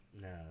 No